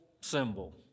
symbol